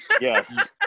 Yes